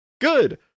Good